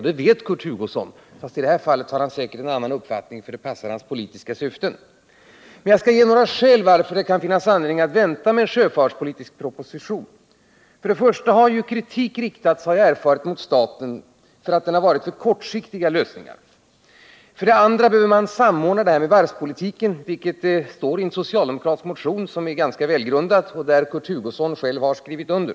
Och det vet Kurt Hugosson, fast i det här fallet har han säkert en annan uppfattning, för det passar hans politiska syften. Jag skall ge några skäl till att det kan finnas anledning att vänta med en sjöfartspolitisk proposition. För det första har kritik riktats — har jag erfarit — mot staten för att det har varit för kortsiktiga lösningar. För det andra behöver man samordna varvspolitiken, vilket står i en socialdemokratisk motion som är ganska välgrundad och som Kurt Hugosson själv har skrivit under.